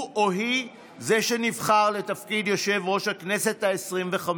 הוא או היא יהיו מי שנבחר לתפקיד יושב-ראש הכנסת העשרים-וחמש.